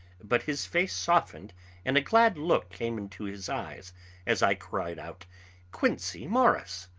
but his face softened and a glad look came into his eyes as i cried out quincey morris!